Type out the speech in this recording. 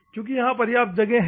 क्यूंकि यहाँ प्रयाप्त जगह है